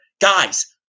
Guys